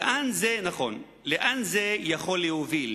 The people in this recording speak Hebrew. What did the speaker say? נכון, לאן זה יכול להוביל?